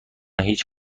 هیچ